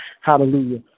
Hallelujah